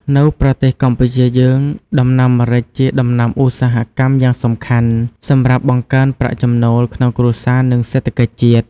នៅប្រទេសកម្ពុជាយើង ដំណាំម្រេចជាដំណាំឧស្សាហកម្មយ៉ាងសំខាន់ សម្រាប់បង្កើនប្រាក់ចំណូលក្នុងគ្រួសារ និងសេដ្ឋកិច្ចជាតិ។